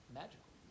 magical